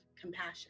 compassion